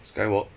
skywalk